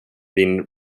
been